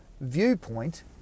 viewpoint